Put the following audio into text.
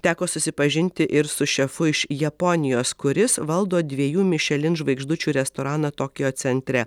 teko susipažinti ir su šefu iš japonijos kuris valdo dviejų mišelin žvaigždučių restoraną tokijo centre